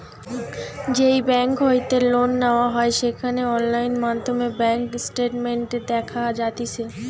যেই বেংক হইতে লোন নেওয়া হয় সেখানে অনলাইন মাধ্যমে ব্যাঙ্ক স্টেটমেন্ট দেখা যাতিছে